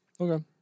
Okay